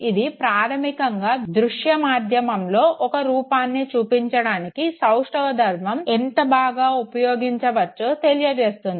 ఇది ప్రాధమికంగా దృశ్య మాధ్యమంలో ఒక రూపాన్ని చూపించడానికి సౌష్టవ ధర్మం ఎంత బాగా ఉపయోగించవచ్చో తెలియజేస్తుంది